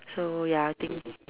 so ya I think